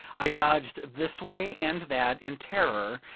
i dodging this way and that, in terror,